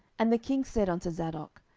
and the king said unto zadok,